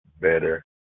better